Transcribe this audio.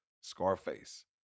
Scarface